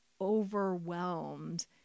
overwhelmed